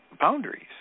boundaries